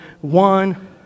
one